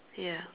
ya